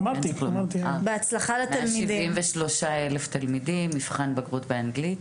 בגרות, 173,000 תלמידים, מבחן בגרות באנגלית.